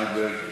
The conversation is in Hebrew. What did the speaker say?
זנדברג,